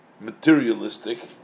materialistic